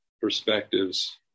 perspectives